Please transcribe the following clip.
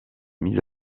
mise